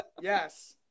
Yes